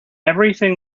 everything